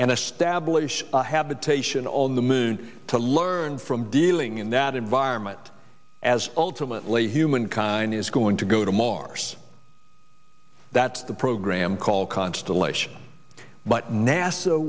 and establish a habitation on the moon to learn from dealing in that environment as ultimately humankind is going to go to mars that's the program called constellation but nasa